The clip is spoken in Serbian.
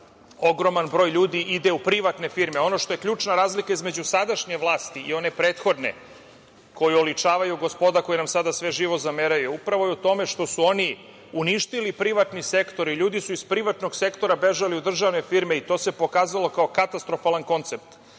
ogroman broj ljudi ide u privatne firme. Ono što je ključna razlika između sadašnje vlasti i one prethodne, koju oličavaju gospoda koja nam sada sve živo zameraju, upravo je u tome što su oni uništili privatni sektor. Ljudi su iz privatnog sektora bežali u državne firme i to se pokazalo kao katastrofalan koncept.